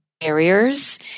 barriers